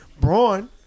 Braun